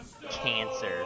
cancer